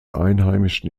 einheimischen